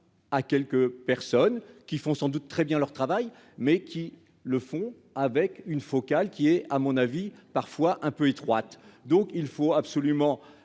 à quelques personnes qui font sans doute très bien leur travail, mais qui le font avec une focale qui est à mon avis, parfois un peu étroite, donc il faut absolument